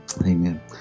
Amen